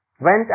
went